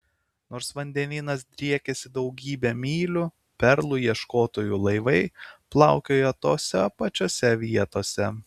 nors vandenynas driekėsi daugybę mylių perlų ieškotojų laivai plaukiojo tose pačiose vietose